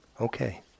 Okay